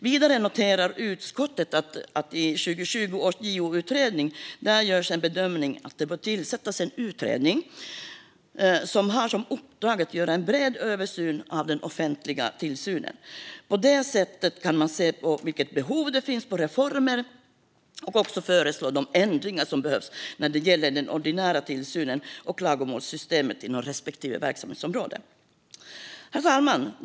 Vidare noterar utskottet att "2020 års JO-utredning gör bedömningen att det bör tillsättas en utredning med uppdrag att göra en bred översyn av den offentliga tillsynen". På det sättet kan man se vilket behov det finns av reformer och föreslå de ändringar som behövs när det gäller den ordinära tillsynen och klagomålssystemet inom respektive verksamhetsområde. Fru talman!